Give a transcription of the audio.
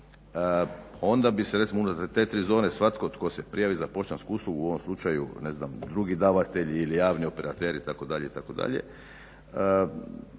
onda bi se recimo unutar te tri zone svatko tko se prijavi za poštansku uslugu u ovom slučaju ne znam drugi davatelj ili javni operater itd.